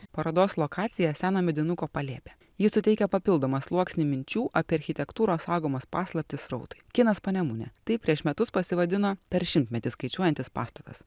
parodos lokacija seną medinuko palėpė ji suteikia papildomą sluoksnį minčių apie architektūros saugomas paslaptis srautui kinas panemunė taip prieš metus pasivadino per šimtmetį skaičiuojantis pastatas